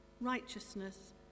righteousness